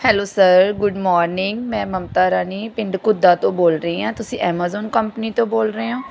hello sir good morning ਮੈ ਮਮਤਾ ਰਾਣੀ ਪਿੰਡ ਘੁੱਦਾ ਤੋਂ ਬੋਲ ਰਹੀ ਹਾਂ ਤੁਸੀਂ ਐਮਾਜ਼ੋਨ ਕੰਪਨੀ ਤੋਂ ਬੋਲ ਰਹੇ ਹੋ